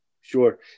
sure